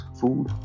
food